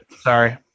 Sorry